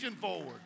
Forward